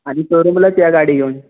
आणि शोरूमलाच या गाडी घेऊन